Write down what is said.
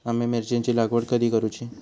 आम्ही मिरचेंची लागवड कधी करूची?